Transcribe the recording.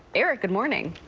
eric, good morning.